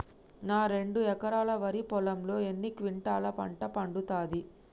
నా రెండు ఎకరాల వరి పొలంలో ఎన్ని క్వింటాలా పంట పండుతది?